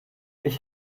ich